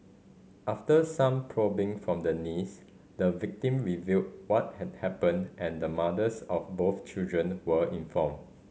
after some probing from the niece the victim revealed what had happened and the mothers of both children were informed